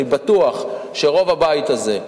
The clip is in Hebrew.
אני בטוח שרוב הבית הזה,